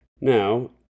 Now